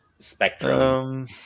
Spectrum